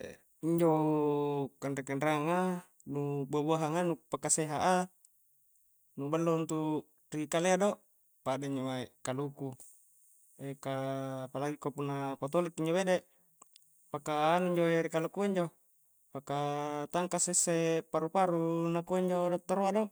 E injo kanre-kanreangang a, nu bua-buahanga nu paka sehat a, nu ballo untuk ri kalea do pada injo mae kaluku ka apalagi punna pa toleki injo bede paka anu injo ere kalukua injo paka tangkasa isse paru-paru nakua injo dottoroa do